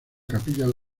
capillas